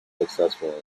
successful